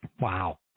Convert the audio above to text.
Wow